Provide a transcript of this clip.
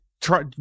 try